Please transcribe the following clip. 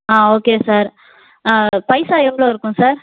okay sir பைசா எவ்வளோ இருக்கும் சார்